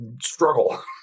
struggle